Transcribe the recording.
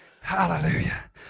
Hallelujah